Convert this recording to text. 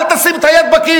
אל תשים את היד בכיס